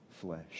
flesh